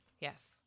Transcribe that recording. Yes